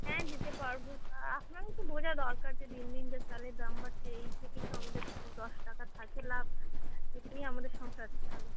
হ্যাঁ দিতে পারব তা আপনারও তো বোঝা দরকার যে দিন দিন যা চালের দাম বাড়ছে এই থেকেই তো আমাদের দু দশ টাকা থাকে লাভ এতেই আমাদের সংসার চলে